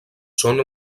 són